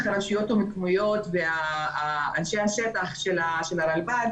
הרשויות המקומיות ואנשי השטח של הרלב"ד